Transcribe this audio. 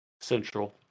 Central